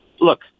Look